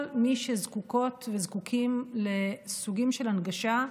מי שזקוקות וזקוקים לסוגים של הנגשה.